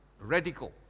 Radical